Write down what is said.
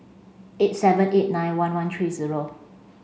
eight seven eight nine one one three zero